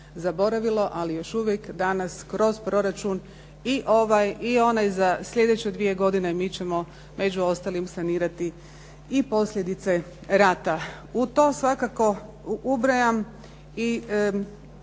ali još uvijek danas kroz proračun i ovaj i onaj za sljedeće dvije godine mi ćemo među ostalim sanirati i posljedice rata. U to svakako ubrajam i